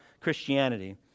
Christianity